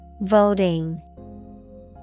Voting